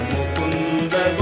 Mukunda